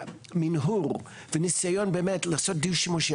מנהור וניסיון באמת לעשות דיון שימושי.